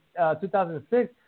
2006